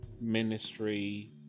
ministry